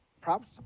props